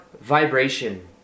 vibration